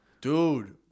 Dude